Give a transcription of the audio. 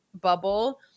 bubble